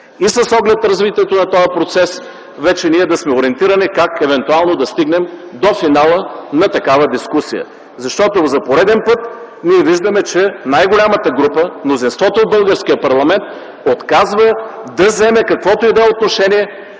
С оглед развитието на този процес, вече ние да сме ориентирани как евентуално да стигнем до финала на такава дискусия, защото за пореден път виждаме, че най-голямата група – мнозинството от българския парламент, отказва да вземе каквото и да е отношение